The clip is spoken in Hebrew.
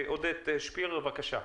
עודד שפירר בבקשה.